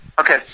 Okay